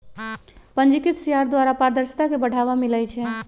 पंजीकृत शेयर द्वारा पारदर्शिता के बढ़ाबा मिलइ छै